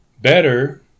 better